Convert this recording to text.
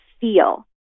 feel